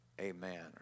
Amen